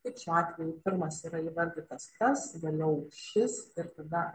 kaip šiuo atveju pirmas yra įvardytas tas vėliau šis ir tada